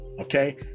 Okay